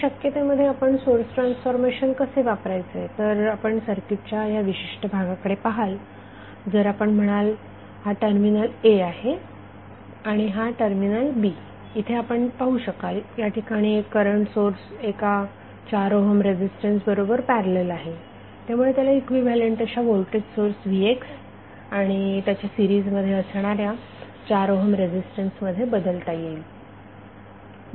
ह्या शक्यते मध्ये आपण सोर्स ट्रान्सफॉर्मेशन कसे वापरायचे तर आपण सर्किटच्या ह्या विशिष्ट भागाकडे पाहाल जर आपण म्हणाल हा टर्मिनल a आहे आणि हा टर्मिनल b इथे आपण पाहू शकाल याठिकाणी एक करंट सोर्स एका 4 ओहम रेझीस्टन्स बरोबर पॅरलल आहे त्यामुळे त्याला इक्विव्हॅलेन्ट अशा व्होल्टेज सोर्स vxआणि त्याच्या सीरिज मध्ये असणाऱ्या 4 ओहम रेझीस्टन्स मध्ये बदलता येईल